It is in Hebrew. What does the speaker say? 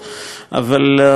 אבל מבחינתנו,